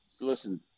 Listen